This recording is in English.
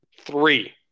Three